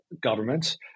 governments